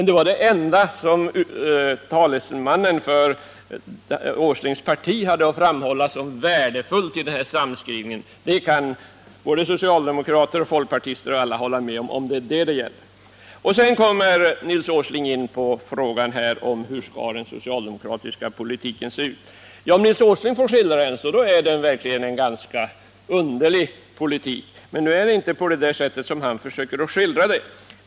Det kan både socialdemokrater, folkpartister och alla andra hålla med om, om det bara är det det gäller. Och detta var det enda som talesmannen för Nils Åslings parti hade att framhålla som värdefullt i samskrivningen. Därefter kommer Nils Åsling in på frågan om hur den socialdemokratiska politiken skall se ut. När Nils Åsling skildrar den är den verkligen en ganska underlig politik. Men nu är den inte sådan som han försöker skildra den.